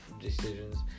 decisions